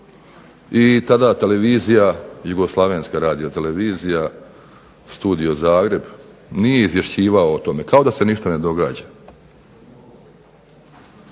i tada televizija, Jugoslavenska radiotelevizija, studio Zagreb nije izvješćivao o tome, kao da se ništa ne događa.